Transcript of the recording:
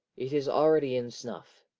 it is already in snuff.